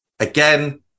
Again